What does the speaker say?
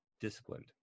disciplined